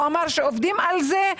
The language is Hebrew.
הוא אמר שהם עובדים על זה,